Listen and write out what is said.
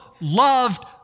loved